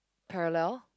parallel